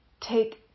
take